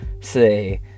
say